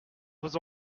vos